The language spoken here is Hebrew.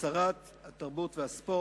לשרת התרבות והספורט,